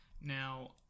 now